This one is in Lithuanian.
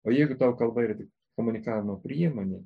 o jeigu tau kalba yra tik komunikavimo priemonė